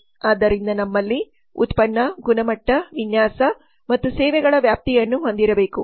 ಆದ್ದರಿಂದ ನಮ್ಮಲ್ಲಿ ಉತ್ಪನ್ನ ಗುಣಮಟ್ಟ ವಿನ್ಯಾಸ ಮತ್ತು ಸೇವೆಗಳ ವ್ಯಾಪ್ತಿಯನ್ನು ಹೊಂದಿರಬೇಕು